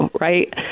right